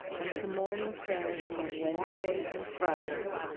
and to morning prayers on wednesdays and fridays,